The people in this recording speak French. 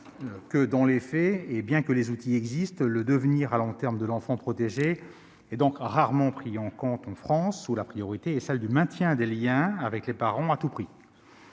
:« Dans les faits, et bien que les outils existent, le devenir à long terme de l'enfant protégé est donc rarement pris en compte en France, où la priorité est celle du maintien des liens avec les parents à tout prix.